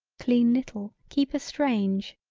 clean little keep a strange,